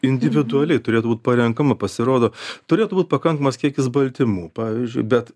individualiai turėtų būt parenkama pasirodo turėtų būti pakankamas kiekis baltymų pavyzdžiui bet